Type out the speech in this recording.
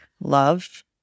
Love